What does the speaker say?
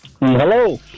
Hello